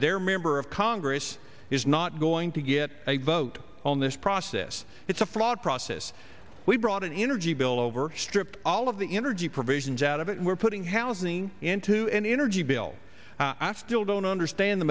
their member of congress is not going to get a vote on this process it's a flawed process we brought an energy bill over stripped all of the energy provisions out of it we're putting housing into an energy bill i still don't understand the